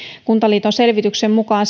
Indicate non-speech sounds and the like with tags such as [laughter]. kuntaliiton selvityksen mukaan [unintelligible]